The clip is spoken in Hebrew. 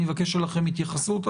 אני מבקש מכם התייחסות.